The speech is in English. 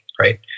right